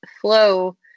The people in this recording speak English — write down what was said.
flow